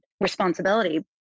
responsibility